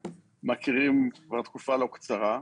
מכירים כבר תקופה לא קצרה.